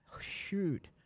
shoot